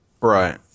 Right